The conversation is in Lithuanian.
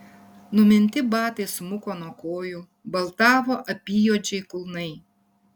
numinti batai smuko nuo kojų baltavo apyjuodžiai kulnai